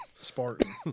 Spartan